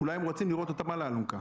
אולי הם רוצים לראות אותם על האלונקה.